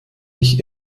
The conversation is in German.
ich